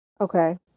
Okay